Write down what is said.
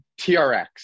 TRX